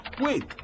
wait